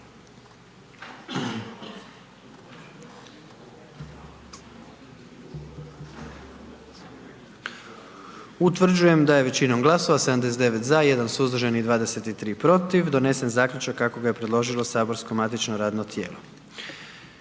Utvrđujem da je većinom glasova 79 za, 2 suzdržana i 5 protiv donesena odluka kako je predložilo Mandatno-imunitetno